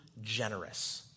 generous